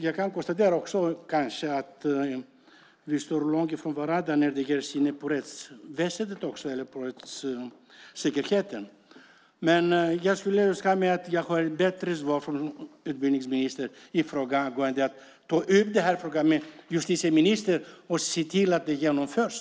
Jag kan konstatera att vi står långt från varandra också i synen på rättsväsendet och på rättssäkerheten. Jag skulle, som sagt, önska ett bättre svar från utbildningsministern angående att föra fram detta till justitieministern och att se till att det genomförs.